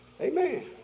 Amen